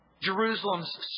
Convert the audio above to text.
Jerusalem's